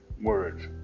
words